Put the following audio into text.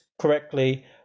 correctly